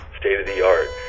state-of-the-art